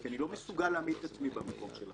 כי אני לא מסוגל להעמיד את עצמי במקום שלכם.